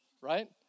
right